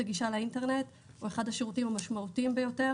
שירות הגישה לאינטרנט הוא אחד השירותים המשמעותיים ביותר